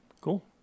Cool